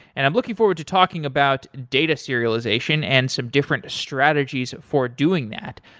and i'm looking forward to talking about data serialization and some different strategies for doing that.